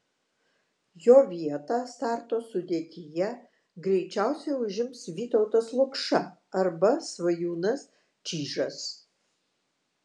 jo vietą starto sudėtyje greičiausiai užims vytautas lukša arba svajūnas čyžas